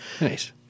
Nice